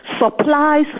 supplies